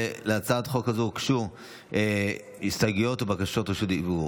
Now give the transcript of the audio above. להצעת החוק הזו הוגשו הסתייגויות ובקשות רשות דיבור,